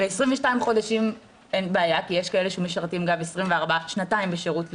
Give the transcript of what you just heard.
ב-22 חודשים אין בעיה כי יש כאלה שמשרתים גם שנתיים בשירות לאומי.